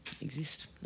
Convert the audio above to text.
exist